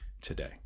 today